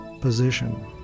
position